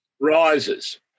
rises